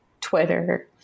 Twitter